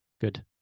good